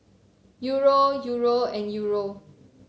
Euro Euro and Euro